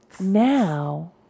now